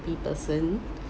happy person